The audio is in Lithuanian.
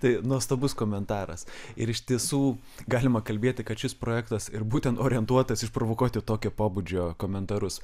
tai nuostabus komentaras ir iš tiesų galima kalbėti kad šis projektas ir būtent orientuotas išprovokuoti tokio pobūdžio komentarus